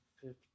fifty